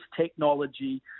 technology